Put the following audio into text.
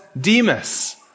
Demas